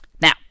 Now